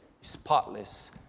spotless